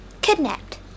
Kidnapped